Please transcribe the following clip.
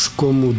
como